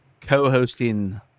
co-hosting